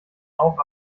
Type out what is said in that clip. auch